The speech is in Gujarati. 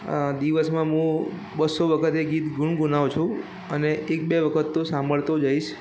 અં દિવસમાં મું બસો વખત એ ગીત ગુનગુનાવું છું અને એક બે વખત તો સાંભળતો જ હોઇશ